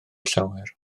llawer